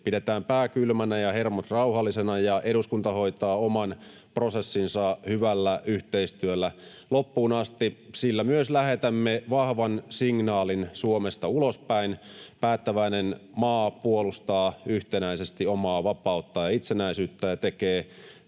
Pidetään pää kylmänä ja hermot rauhallisena, ja eduskunta hoitaa oman prosessinsa hyvällä yhteistyöllä loppuun asti. Sillä myös lähetämme vahvan signaalin Suomesta ulospäin: päättäväinen maa puolustaa yhtenäisesti omaa vapauttaan ja itsenäisyyttään ja tekee